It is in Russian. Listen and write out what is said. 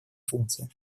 функции